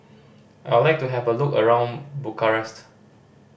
I would like to have a look around Bucharest